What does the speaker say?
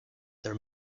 their